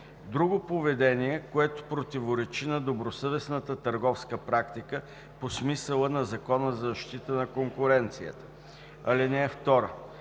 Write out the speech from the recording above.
друго поведение, което противоречи на добросъвестната търговска практика по смисъла на Закона за защита на конкуренцията. (2)